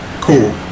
Cool